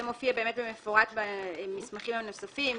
זה מופיע במפורט במסמכים הנוספים,